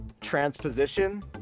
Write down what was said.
Transposition